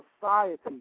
society